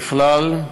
ככלל,